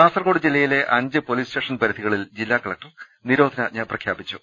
കാസർകോട് ജില്ലയിലെ അഞ്ച് police station പരിധികളിൽ ജില്ലാ കലക്ടർ നിരോധനാജ്ഞ പ്രഖ്യാപിച്ചു